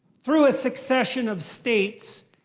through a succession of states,